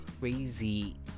crazy